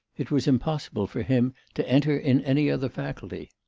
it was impossible for him to enter in any other faculty.